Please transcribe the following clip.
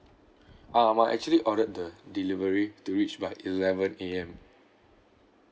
um I actually ordered the delivery to reach by eleven A_M